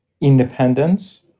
independence